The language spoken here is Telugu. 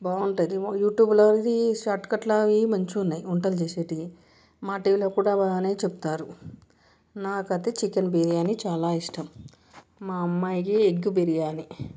బావుంటుంది యూట్యూబ్లో ఇది షార్ట్కట్లు అవి మంచిగున్నాయి వంటలు చేసేవి మాటీవీలో కూడా బాగానే చెప్తారు నాకు అయితే చికెన్ బిర్యానీ చాలా ఇష్టం మా అమ్మాయికి ఎగ్ బిర్యానీ